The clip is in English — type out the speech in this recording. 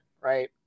right